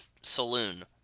saloon